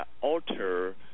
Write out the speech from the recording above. alter